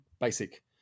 basic